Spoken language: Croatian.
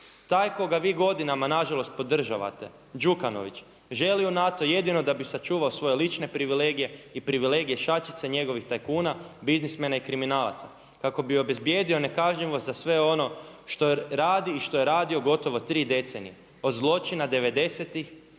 Taj koga vi godinama na žalost podržavate Đukanović želi u NATO jedino da bi sačuvao svoje lične privilegije i privilegije šačice njegovih tajkuna, biznismena i kriminalaca kako bi obezbijedio nekažnjivost za sve ono što radi i što je radio gotovo tri decenije od zločina